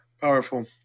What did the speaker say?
Powerful